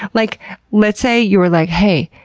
like let's say you were like, hey.